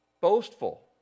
boastful